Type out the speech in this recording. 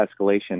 escalation